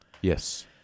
Yes